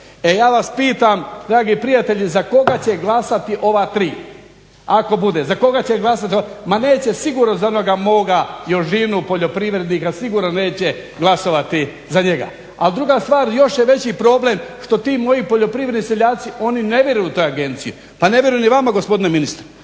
E ja vas pitam dragi prijatelji za koga će glasati ova 3 ako bude, za koga će glasati, ma neće sigurno za onoga moga Jožinu poljoprivrednika, sigurno neće glasovati za njega. Al druga stvar, još je veći problem što ti moji poljoprivredni seljaci oni ne vjeruju u te agencije, pa ne vjeruju ni vama gospodine ministre,